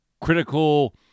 critical